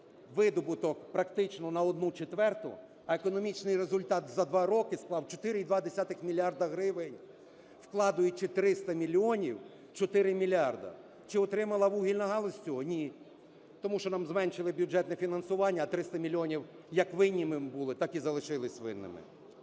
видобуток практично на одну четверту, а економічний результат за 2 роки склав – 4,2 мільярди гривень, вкладаючи 300 мільйонів - 4 мільярда. Чи отримала вугільна галузь з цього? Ні, тому що нам зменшили бюджетне фінансування, а 300 мільйонів як винні ми були, так і залишились винними.